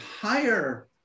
higher